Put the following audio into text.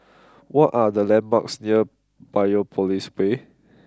what are the landmarks near Biopolis Way